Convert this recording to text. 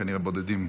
כנראה בודדים.